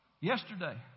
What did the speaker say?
yesterday